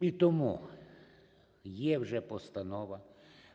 І тому є вже постанова,